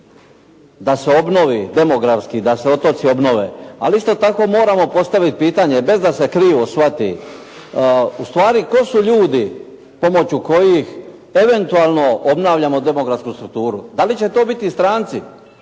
da se obnovi, demografski da se otoci obnove. Ali isto tako moramo postaviti pitanje, bez da se krivo shvati, ustvari tko su ljudi, pomoću kojih eventualno obnavljamo demografsku strukturu. Da li će to biti stranci